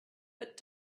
but